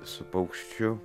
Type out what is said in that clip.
su paukščiu